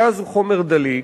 גז הוא חומר דליק,